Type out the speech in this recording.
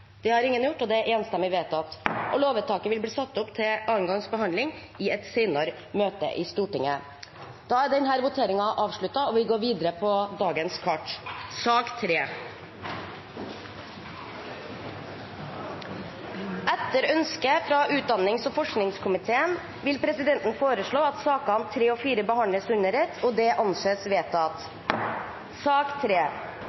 Rødt har varslet støtte til forslaget. Det voteres over lovenes overskrift og lovene i sin helhet. Lovvedtakene vil bli ført opp til andre gangs behandling i et senere møte i Stortinget. Etter ønske fra utdannings- og forskningskomiteen vil presidenten foreslå at sakene nr. 3 og 4 behandles under ett. – Det anses